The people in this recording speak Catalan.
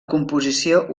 composició